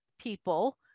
people